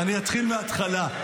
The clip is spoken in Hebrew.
אני אתחיל מהתחלה.